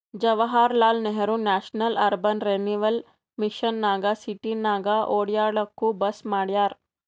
Jawaharlal Nehru national urban renewal mission ನಾಗ್ ಸಿಟಿನಾಗ್ ಒಡ್ಯಾಡ್ಲೂಕ್ ಬಸ್ ಮಾಡ್ಯಾರ್